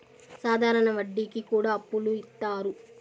సాధారణ వడ్డీ కి కూడా అప్పులు ఇత్తారు